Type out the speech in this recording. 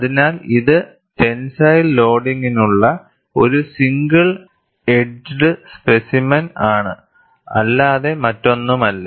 അതിനാൽ ഇത് ടെൻസൈൽ ലോഡിംഗുള്ള ഒരു സിംഗിൾ എഡ്ജ്ഡ് സ്പെസിമെൻ ആണ് അല്ലാതെ മറ്റൊന്നുമല്ല